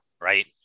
Right